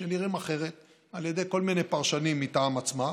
שנראים אחרת על ידי כל מיני פרשנים מטעם עצמם,